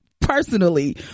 personally